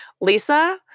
Lisa